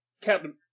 Captain